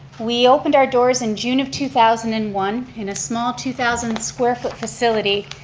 we opened our doors in june of two thousand and one in a small, two thousand square foot facility,